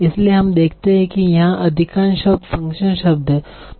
इसलिए हम देखते हैं कि यहां अधिकांश शब्द फ़ंक्शन शब्द हैं